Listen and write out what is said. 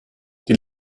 die